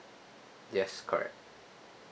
yes correct